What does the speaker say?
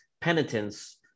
penitence